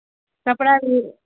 کپڑا بھی